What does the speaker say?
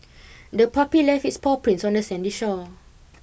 the puppy left its paw prints on the sandy shore